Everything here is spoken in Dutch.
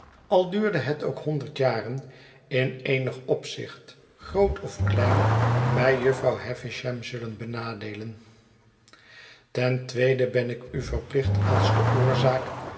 al duurde het ook honderd jaren in eenig opzicht groot of klein bij jufvrouw havisham zullen benadeelen ten tweede ben ik u verplicht als de oorzaak